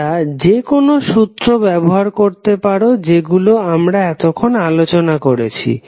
তোমরা যেকোনো সূত্র ব্যবহার করতে পারো যেগুলো আমরা এতক্ষণ আলোচনা করাছি